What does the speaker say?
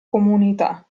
comunità